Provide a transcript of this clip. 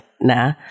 nah